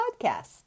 podcast